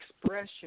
expression